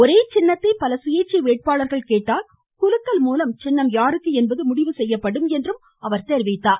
ஒரே சின்னத்தை பல சுயேச்சை வேட்பாளர்கள் கேட்டால் குலுக்கல் மூலம் சின்னம் யாருக்கு என்பது முடிவு செய்யப்படும் என்றும் அவர் தெரிவித்தார்